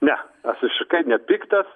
ne aš visiškai nepiktas